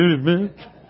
Amen